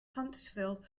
huntsville